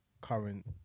current